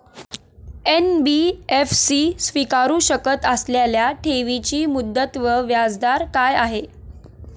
NBFC स्वीकारु शकत असलेल्या ठेवीची मुदत व व्याजदर काय आहे?